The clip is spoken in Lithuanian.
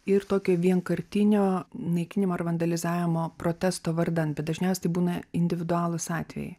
ir tokio vienkartinio naikinimo vandalizavimo protesto vardan bet dažniausiai tai būna individualūs atvejai